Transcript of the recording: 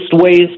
ways